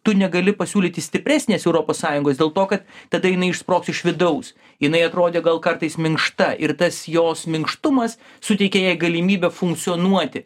tu negali pasiūlyti stipresnės europos sąjungos dėl to kad tada jinai išsprogs iš vidaus jinai atrodė gal kartais minkšta ir tas jos minkštumas suteikė jai galimybę funkcionuoti